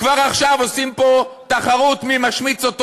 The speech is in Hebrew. כבר עכשיו עושים פה תחרות מי משמיץ אותו